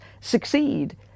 succeed